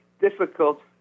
difficult